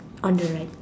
on the right